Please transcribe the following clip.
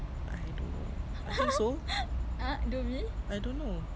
kenapa senyap